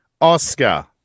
Oscar